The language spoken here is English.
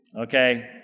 Okay